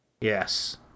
Yes